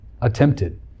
attempted